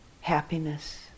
happiness